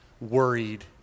worried